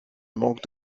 manque